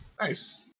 Nice